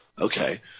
okay